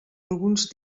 alguns